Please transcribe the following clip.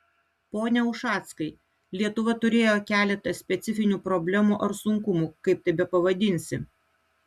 pone ušackai lietuva turėjo keletą specifinių problemų ar sunkumų kaip tai bepavadinsi